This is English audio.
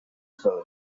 spell